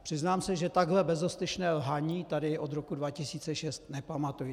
Přiznám se, že takhle bezostyšné lhaní tady od roku 2006 nepamatuji.